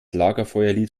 lagerfeuerlied